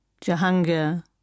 Jahangir